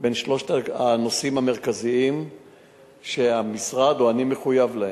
בין שלושת הנושאים המרכזיים שהמשרד או אני מחויבים להם,